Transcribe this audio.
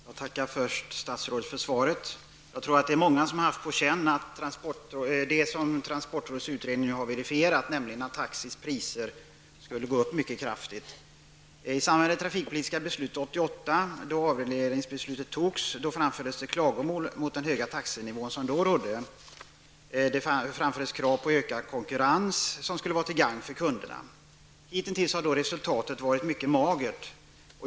Herr talman! Jag tackar först statsrådet för svaret. Jag tror att många haft på känn det som transportrådets utredning har verifierat, nämligen att taxis priser har gått upp mycket kraftigt. I samband med det trafikpolitiska beslutet 1988, då beslutet om avreglering fattades, framfördes det klagomål mot den höga nivån på taxan som då rådde, och det sades att ökad konkurrens skulle vara till gagn för kunderna. Hitintills har resultatet var mycket magert.